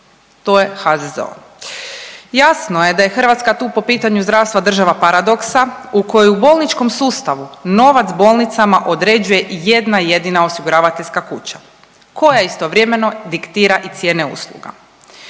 To je HZZO. Jasno je da je Hrvatska tu po pitanju zdravstva država paradoksa u kojoj u bolničkom sustavu novac bolnicama određuje jedna jedina osiguravateljska kuća koja istovremeno diktira i cijene usluga.